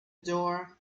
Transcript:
door